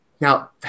now